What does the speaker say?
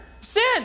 Sin